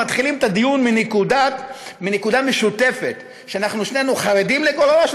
מתחילים את הדיון בנקודה משותפת: שנינו חרדים לגורלה של